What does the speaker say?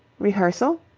rehearsal?